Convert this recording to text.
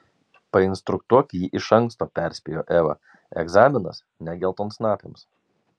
painstruktuok jį iš anksto perspėjo eva egzaminas ne geltonsnapiams